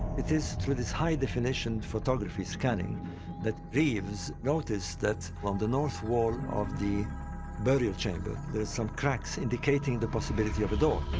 it is through this high definition photography scanning that reeves noticed that, on the north wall of the burial chamber, there are some cracks indicating the possibility of a door,